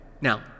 Now